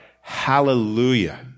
Hallelujah